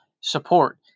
support